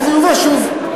וזה יובא שוב.